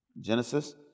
genesis